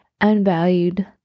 unvalued